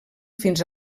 fins